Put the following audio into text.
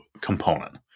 component